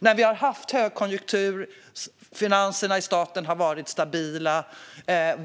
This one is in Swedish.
Det har ju varit högkonjunktur, och statens finanser har varit stabila.